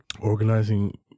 organizing